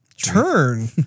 turn